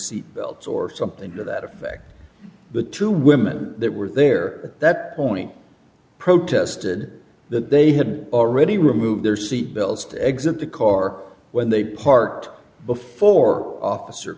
seat belts or something to that effect the two women that were there at that point protested that they had already removed their seat bills to exit the cork when they parked before officer